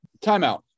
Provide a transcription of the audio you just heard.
Timeout